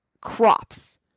crops